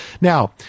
Now